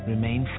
Remain